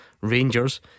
Rangers